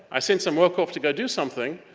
i send some work off to go do something,